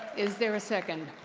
is there a second?